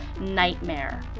nightmare